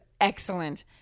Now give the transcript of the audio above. excellent